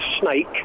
snake